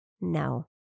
No